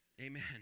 Amen